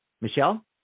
michelle